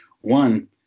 One